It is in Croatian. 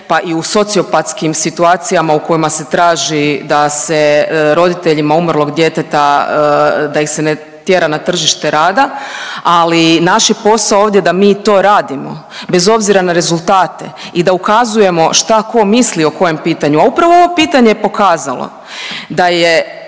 pa i u sociopatskim situacijama u kojima se traži da se roditeljima umrlog djeteta, da ih se ne tjera na tržište rada. Ali naš je posao ovdje da mi to radimo bez obzira na rezultate i da ukazujemo šta tko misli o kojem pitanju, a upravo ovo pitanje je pokazalo da je